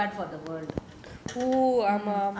like not prepared for the worst